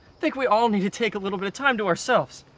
think we all need to take a little bit of time to ourselves!